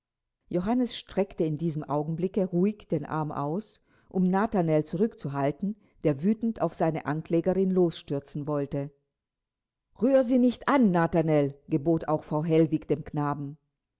johannes streckte in diesem augenblicke ruhig den arm aus um nathanael zurückzuhalten der wütend auf seine anklägerin losstürzen wollte rühr sie nicht an nathanael gebot auch frau hellwig dem knaben